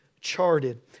charted